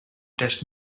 test